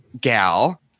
gal